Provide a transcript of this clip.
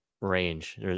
range